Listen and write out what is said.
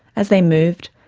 as they moved,